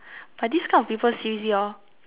but this kind of people seriously hor